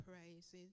praises